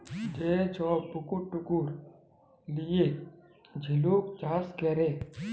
যে ছব পুকুর টুকুর লিঁয়ে ঝিলুক চাষ ক্যরে